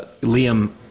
Liam